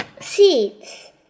Seeds